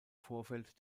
vorfeld